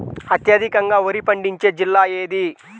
అత్యధికంగా వరి పండించే జిల్లా ఏది?